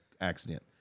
accident